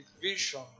vision